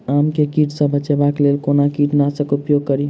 आम केँ कीट सऽ बचेबाक लेल कोना कीट नाशक उपयोग करि?